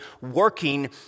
working